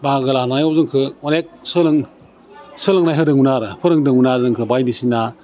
बाहागो लानायाव जोंखो अनेक सोलों सोलोंनाय होदोंमोन आरो फोरोंदोंमोन आरो जोंखौ बायदिसिना